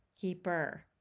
keeper